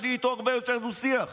יש לי איתו הרבה יותר דו-שיח.